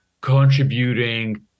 contributing